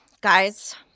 guys